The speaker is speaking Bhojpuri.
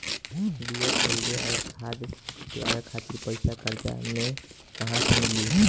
बीया खरीदे आउर खाद छिटवावे खातिर पईसा कर्जा मे कहाँसे मिली?